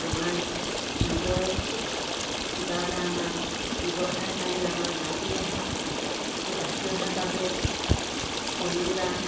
আমাৰ নিজৰ কিবা এটা আমাৰ ব্যৱসায় কাৰণে আমাৰ বাহি আহে সেই বাহি অহাৰ বাবে কণী বা